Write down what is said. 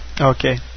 Okay